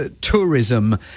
tourism